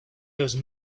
those